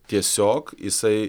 tiesiog jisai